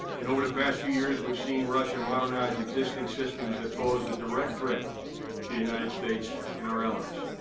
and, over the past few years we've seen russia modernize existing systems that pose a direct threat to the united states and our allies.